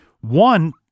One